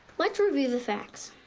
let's review the facts.